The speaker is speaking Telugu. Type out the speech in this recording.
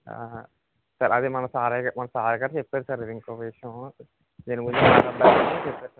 ఆహా సార్ అది మన సార్ మన సాయి గారు చెప్పారు సార్ ఇంకో విషయము దీని గురించి చెప్పారు సార్ అది